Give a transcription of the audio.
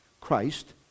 Christ